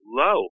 low